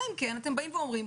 אלא אם כן אתם באים ואומרים,